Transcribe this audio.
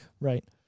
Right